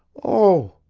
oh!